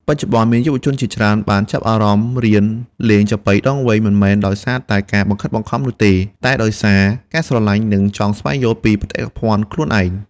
បច្ចុប្បន្ន មានយុវជនជាច្រើនបានចាប់អារម្មណ៍រៀនលេងចាប៉ីដងវែង មិនមែនដោយសារតែការបង្ខិតបង្ខំនោះទេ តែដោយសារ ការស្រលាញ់ និងចង់ស្វែងយល់ពីបេតិកភណ្ឌខ្លួនឯង។